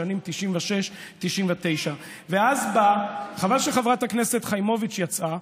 בשנים 1996 1999. חבל שחברת הכנסת חיימוביץ' יצאה,